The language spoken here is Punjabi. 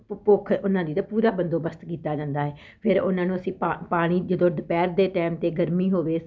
ਭੁੱਖ ਉਹਨਾਂ ਦੀ ਦਾ ਪੂਰਾ ਬੰਦੋਬਸਤ ਕੀਤਾ ਜਾਂਦਾ ਹੈ ਫਿਰ ਉਹਨਾਂ ਨੂੰ ਅਸੀਂ ਪਾਣੀ ਜਦੋਂ ਦੁਪਹਿਰ ਦੇ ਟਾਈਮ 'ਤੇ ਗਰਮੀ ਹੋਵੇ